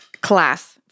class